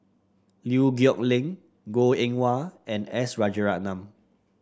Liew Geok Leong Goh Eng Wah and S Rajaratnam